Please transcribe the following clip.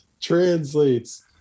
Translates